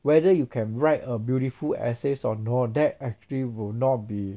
whether you can write a beautiful essays or not that actually will not be